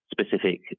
specific